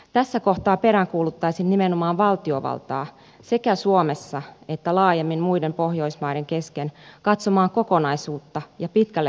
tässä kohtaa peräänkuuluttaisin nimenomaan valtiovaltaa sekä suomessa että laajemmin muiden pohjoismaiden kesken katsomaan kokonaisuutta ja pitkälle horisonttiin